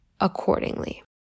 accordingly